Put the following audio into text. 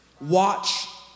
Watch